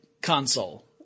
console